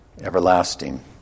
everlasting